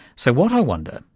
so what, i wonder,